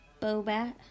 Bobat